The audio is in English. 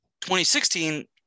2016